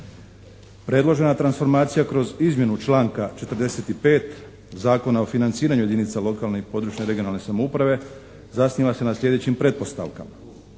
Predložena transformacija kroz izmjenu članka 45. Zakona o financiranju jedinica lokalne i područne /regionalne/ samouprave zasniva se na sljedećim pretpostavkama: